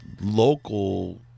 local